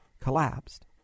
collapsed